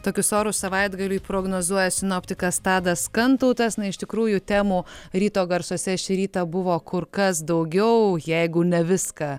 tokius orus savaitgaliui prognozuoja sinoptikas tadas kantautas na iš tikrųjų temų ryto garsuose šį rytą buvo kur kas daugiau jeigu ne viską